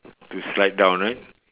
to slide down right